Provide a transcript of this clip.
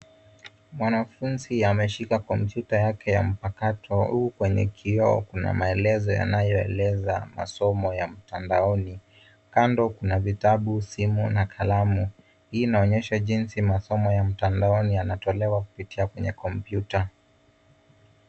Mwanafunzi ameshika kompyuta yake ya mpakato huku kwenye kioo kuna maelezo yanayoeleza masomo ya mtandaoni. Kando kuna vitabu, simu na kalamu hii inaonyesha jinsi masomo ya mtandaoni yanatolewa kupitia kwenye kompyuta.